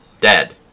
dead